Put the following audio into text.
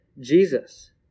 Jesus